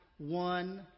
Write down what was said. one